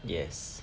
yes